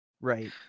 Right